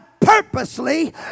purposely